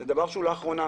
זה דבר שהוא קורה לאחרונה,